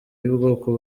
y’ubwoko